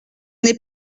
n’est